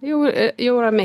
jau jau ramiai